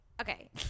Okay